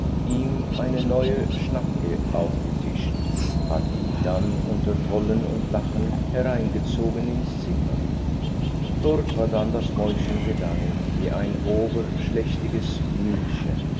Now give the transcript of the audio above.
ihm eine neue schnacke aufgetischt hatte ihn dann unter tollen und lachen hereingezogen ins zimmer dort war dann das mäulchen gegangen wie ein oberschlächtiges mühlchen